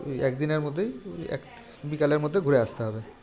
ওই এক দিনের মধ্যেই ওই এক বিকালের মধ্যে ঘুরে আসতে হবে